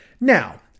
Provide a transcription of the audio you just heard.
Now